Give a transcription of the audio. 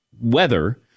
weather